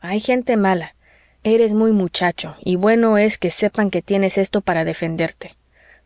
hay gente mala eres muy muchacho y bueno es que sepan que tienes esto para defenderte